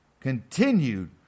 Continued